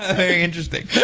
ah very interesting.